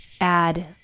add